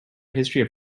history